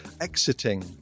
exiting